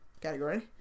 category